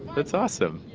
that's awesome.